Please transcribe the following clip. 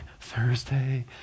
Thursday